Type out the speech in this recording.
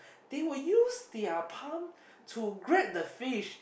they will use their palm to grab the fish